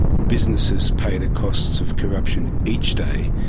businesses pay the costs of corruption each day,